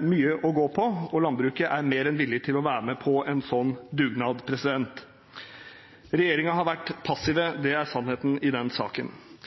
mye å gå på, og landbruket er mer enn villig til å være med på en sånn dugnad. Regjeringen har vært passiv, det er sannheten i den saken.